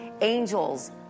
angels